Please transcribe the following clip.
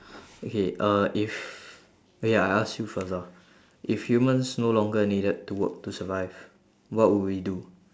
okay uh if wait ah I ask you first ah if humans no longer needed to work to survive what will we do